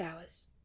hours